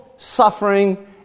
suffering